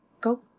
go